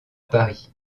paris